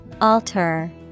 Alter